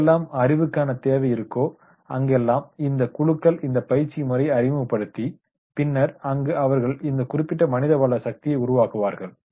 எங்கெல்லாம் அறிவுக்கான தேவை இருக்கோ அங்கெல்லாம் இந்த குழுக்கள் இந்த பயிற்சி முறையை அறிமுகப்படுத்தி பின்னர் அங்கு அவர்கள் இந்த குறிப்பிட்ட மனித வள சக்தியை உருவாக்குவார்கள்